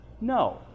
No